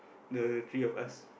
the three of us